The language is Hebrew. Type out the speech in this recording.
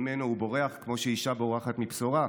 שממנו הוא בורח כמו שאישה בורחת מבשורה: